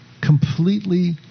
completely